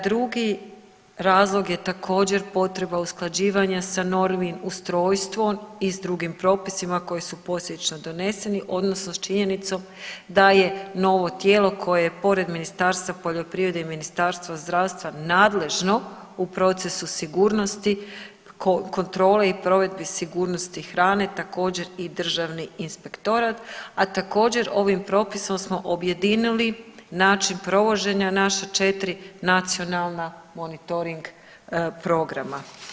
Drugi razlog je također potreba usklađivanja sa normnim ustrojstvom i s drugim propisima koji su posljedično doneseni odnosno s činjenicom da je novo tijelo koje je pored Ministarstva poljoprivrede i Ministarstvo zdravstva nadležno u procesu sigurnosti, kontrole i provedbi sigurnosti hrane također i Državni inspektorat, a također ovim propisom smo objedinili način provođenja naša četiri nacionalna monitoring programa.